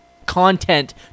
content